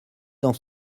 dans